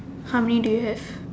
how many do you have